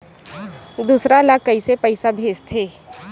दूसरा ला कइसे पईसा भेजथे?